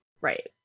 Right